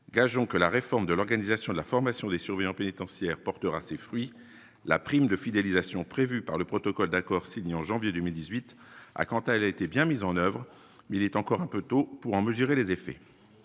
gageons que la réforme de l'organisation de la formation des surveillants pénitentiaires portera ses fruits, la prime de fidélisation prévus par le protocole d'accord signé en janvier 2018 a quant à elle, a été bien mise en oeuvre, mais il est encore un peu tôt pour en mesurer les effets,